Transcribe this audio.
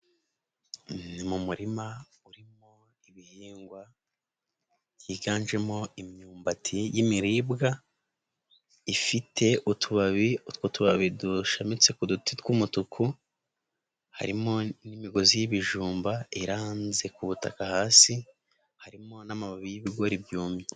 Ni mu murima urimo ibihingwa byiganjemo imyumbati y'imiribwa, ifite utubabi utwo tubabi dushamitse ku duti tw'umutuku, harimo n'imigozi y'ibijumba iranze ku butaka hasi, harimo n'amababi y'ibigori byumye.